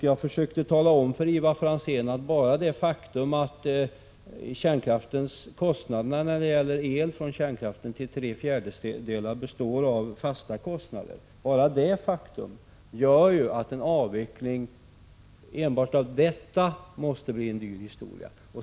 Jag försökte tala om för Ivar Franzén att bara det faktum att kostnaderna för att producera el från kärnkraft till tre fjärdedelar består av fasta kostnader innebär att en avveckling måste bli en dyr historia.